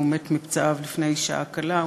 הוא מת מפצעיו לפני שעה קלה.